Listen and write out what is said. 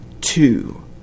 Two